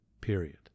Period